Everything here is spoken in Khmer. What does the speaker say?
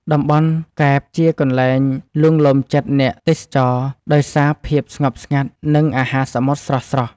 តំបន់កែបជាកន្លែងលួងលោមចិត្តអ្នកទេសចរដោយសារភាពស្ងប់ស្ងាត់ និងអាហារសមុទ្រស្រស់ៗ។